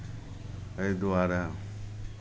एहि दुआरे